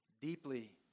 deeply